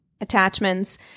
attachments